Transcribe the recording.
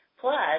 Plus